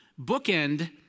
bookend